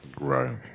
Right